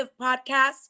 podcast